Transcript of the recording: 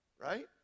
Right